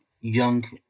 young